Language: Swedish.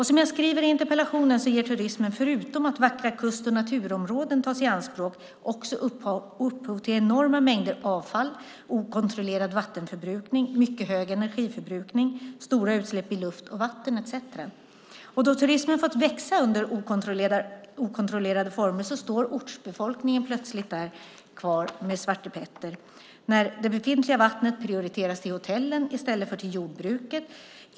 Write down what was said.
Som jag skriver i interpellationen ger turismen, förutom att vackra kust och naturområden tas i anspråk, också upphov till enorma mängder avfall, okontrollerad vattenförbrukning, mycket hög energiförbrukning, stora utsläpp i luft och vatten etcetera. Då turismen fått växa under okontrollerade former står ortsbefolkningen plötsligt kvar med svartepetter när det befintliga vattnet prioriteras till hotellen i stället för till jordbruket.